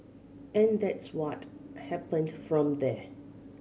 and that's what happened from there